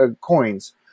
coins